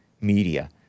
media